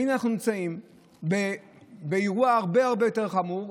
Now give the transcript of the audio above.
והינה אנחנו נמצאים באירוע הרבה הרבה יותר חמור,